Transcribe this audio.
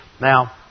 Now